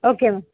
okay ma'am